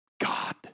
God